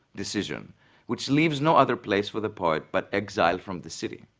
decision which leaves no other place for the poet but exile from the city.